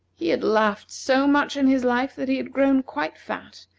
he had laughed so much in his life that he had grown quite fat,